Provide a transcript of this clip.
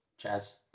Chaz